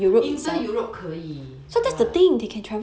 inter europe 可以